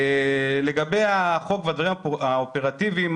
לגבי החוק והדברים האופרטיביים,